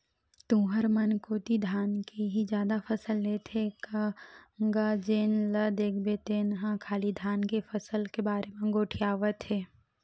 तुंहर मन कोती धान के ही जादा फसल लेथे का गा जेन ल देखबे तेन ह खाली धान के फसल के बारे म गोठियावत हे?